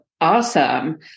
Awesome